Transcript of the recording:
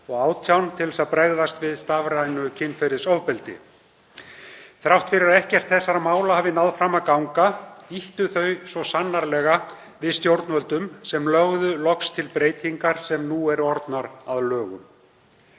og 2018 til að bregðast við stafrænu kynferðisofbeldi. Þrátt fyrir að ekkert þessara mála hafi náð fram að ganga ýttu þau svo sannarlega við stjórnvöldum sem lögðu loks til breytingar sem nú eru orðnar að lögum.